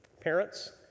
parents